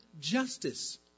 justice